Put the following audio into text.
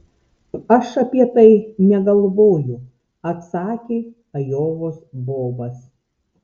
aš apie tai negalvoju atsakė ajovos bobas